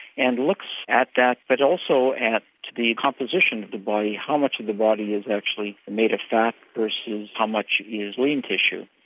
and looks at that but also at the composition of the body, how much of the body is actually made of fat versus how much is lean tissue.